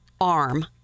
arm